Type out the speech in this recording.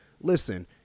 listen